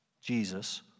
Jesus